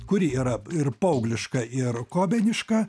kuri yra ir paaugliška ir kobeniška